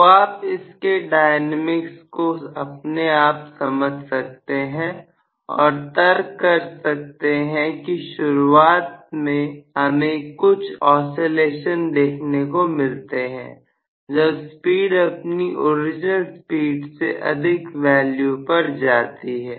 तो आप इसके डायनामिक्स को अपने आप समझ सकते हैं और तर्क कर सकते हैं कि शुरुआत में हमें कुछ ऑसीलेशन देखने को मिलते हैं जब स्पीड अपनी ओरिजिनल स्पीड से अधिक वैल्यू पर जाती है